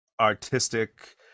artistic